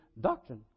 doctrine